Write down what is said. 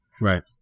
Right